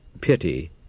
pity